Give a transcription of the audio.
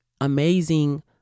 amazing